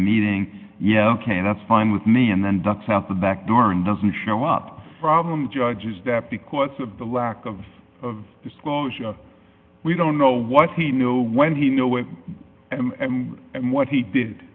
meeting yeah ok that's fine with me and then ducks out the back door and doesn't show up problem judge is that because of the lack of disclosure we don't know what he knew when he know it and what he did